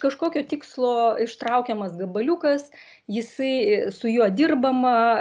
kažkokio tikslo ištraukiamas gabaliukas jisai su juo dirbama